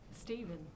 Stephen